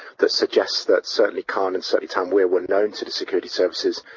that suggests that certainly khan and certainly tanweer were known to the security services,